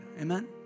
Amen